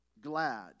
glad